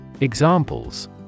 Examples